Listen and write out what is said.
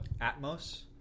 Atmos